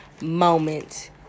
moment